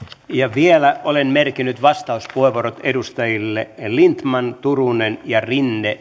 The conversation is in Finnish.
vielä olen merkinnyt vastauspuheenvuorot edustajille lindtman turunen ja rinne